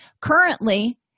Currently